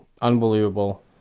Unbelievable